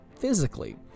physically